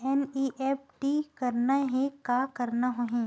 NEFT करना हे का करना होही?